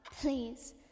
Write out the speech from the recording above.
Please